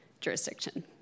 jurisdiction